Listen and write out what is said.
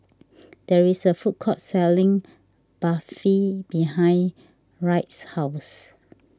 there is a food court selling Barfi behind Wright's house